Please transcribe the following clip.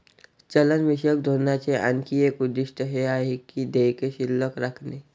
चलनविषयक धोरणाचे आणखी एक उद्दिष्ट हे आहे की देयके शिल्लक राखणे